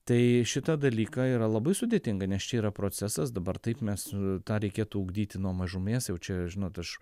tai šitą dalyką yra labai sudėtinga nes čia yra procesas dabar taip mes tą reikėtų ugdyti nuo mažumės jau čia žinot aš